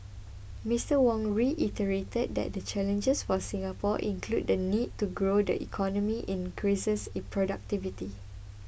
Mr Wong reiterated that the challenges for Singapore include the need to grow the economy and increase its productivity